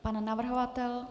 Pan navrhovatel?